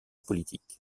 politique